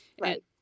Right